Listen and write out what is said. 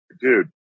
Dude